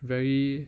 very